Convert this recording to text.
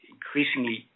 Increasingly